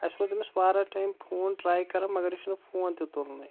اسہِ ووت أمِس واریاہ ٹایم فون ٹراے کران مگر یہِ چھُنہٕ فون تہِ تُلان